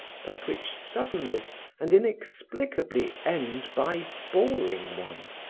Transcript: but which suddenly and inexplicably end by boring one.